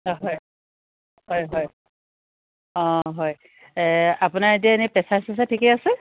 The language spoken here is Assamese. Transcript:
অঁ হয় হয় হয় অঁ হয় আপোনাৰ এতিয়া এনেই প্ৰেচাৰ চেচাৰ ঠিকে আছে